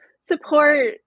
support